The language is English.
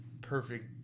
perfect